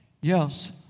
Yes